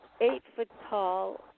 eight-foot-tall